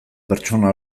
pertsona